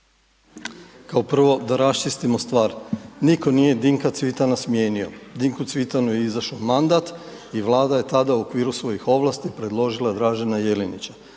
Kao prvo, da raščistimo stvar. Nitko nije Dinka Cvitana smijenio. Dinku Cvitanu je izašao mandat i Vlada je tada u okviru svojih ovlasti predložila Dražena Jelenića.